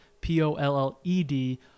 P-O-L-L-E-D